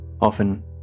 Often